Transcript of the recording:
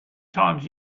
times